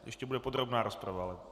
Ještě bude podrobná rozprava.